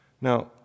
Now